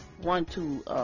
one-two